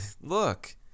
Look